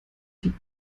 die